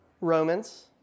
Romans